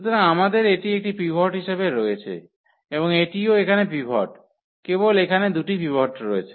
সুতরাং আমাদের এটি একটি পিভট হিসাবে রয়েছে এবং এটিও এখানে পিভট কেবল এখানে দুটি পিভট রয়েছে